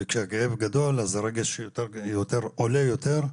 וכשהכאב גדול, אז הרגש עולה יותר.